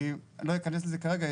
לא אכנס לזה כרגע,